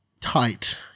tight